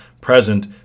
present